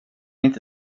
inte